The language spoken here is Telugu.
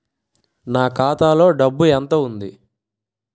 నా ఖాతాలో డబ్బు ఎంత ఉంది?